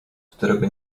którego